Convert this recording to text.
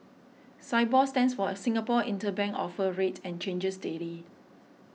Sibor stands for a Singapore Interbank Offer Rate and changes daily